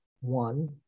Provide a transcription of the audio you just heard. one